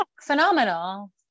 phenomenal